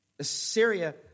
Assyria